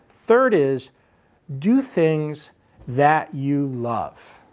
third is do things that you love. i